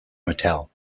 motel